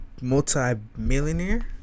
Multi-millionaire